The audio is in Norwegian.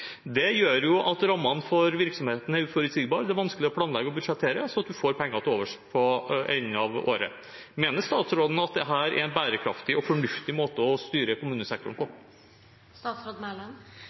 Det gjør jo at rammene for virksomheten er uforutsigbar. Det er vanskelig å planlegge og budsjettere slik at man får penger til overs på slutten av året. Mener statsråden at dette er en bærekraftig og fornuftig måte å styre kommunesektoren på?